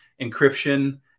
encryption